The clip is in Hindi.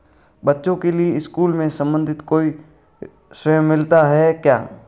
बच्चों के लिए स्कूल से संबंधित कोई ऋण मिलता है क्या?